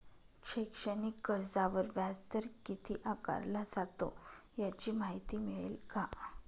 शैक्षणिक कर्जावर व्याजदर किती आकारला जातो? याची माहिती मिळेल का?